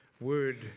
word